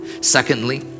Secondly